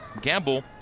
Gamble